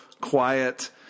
quiet